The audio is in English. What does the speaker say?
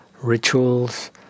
Rituals